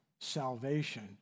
salvation